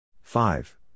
Five